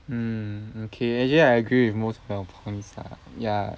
mm okay actually I agree with most of your points lah ya